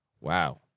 Wow